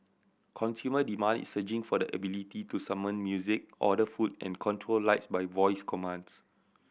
consumer demand is surging for the ability to summon music order food and control lights by voice commands